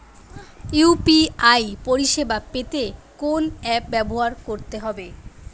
UPI পরিসেবা পেতে কোন অ্যাপ ব্যবহার করতে হবে?